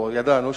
או ידענו,